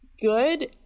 good